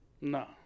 No